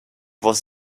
was